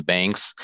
Banks